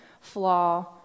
flaw